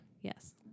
Yes